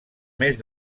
més